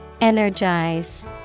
Energize